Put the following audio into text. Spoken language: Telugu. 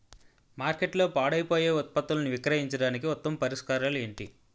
మార్కెట్లో పాడైపోయే ఉత్పత్తులను విక్రయించడానికి ఉత్తమ పరిష్కారాలు ఏంటి?